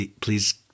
please